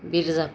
Birjapur